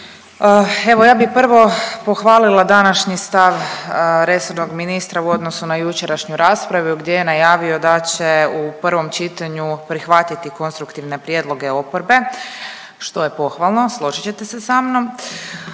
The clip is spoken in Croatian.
Evo ja bih prvo pohvalila današnji stav resornog ministra u odnosu na jučerašnju raspravu gdje je najavio da će u prvom čitanju prihvatiti konstruktivne prijedloge oporbe, što je pohvalno, složit ćete se sa mnom.